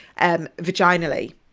vaginally